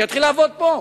שיתחיל לעבוד פה.